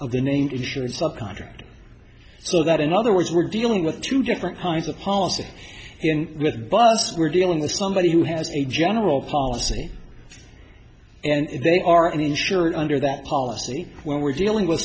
of the named insurance a contract so that in other words we're dealing with two different kinds of policy in the bus we're dealing with somebody who has a general policy and they are uninsured under that policy when we're dealing with